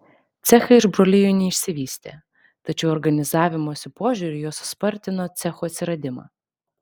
cechai iš brolijų neišsivystė tačiau organizavimosi požiūriu jos spartino cechų atsiradimą